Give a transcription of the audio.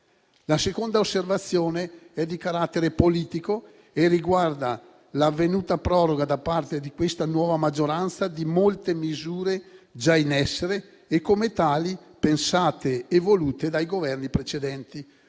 La seconda osservazione è di carattere politico e riguarda l'avvenuta proroga, da parte di questa nuova maggioranza, di molte misure già in essere e, come tali, pensate e volute dai Governi precedenti,